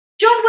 John